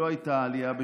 לא הייתה עלייה,